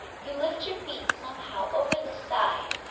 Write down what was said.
you lift your feet somehow over the side,